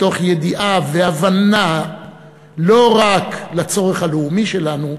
מתוך ידיעה והבנה לא רק לצורך הלאומי שלנו,